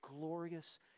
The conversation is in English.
glorious